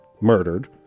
murdered